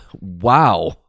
Wow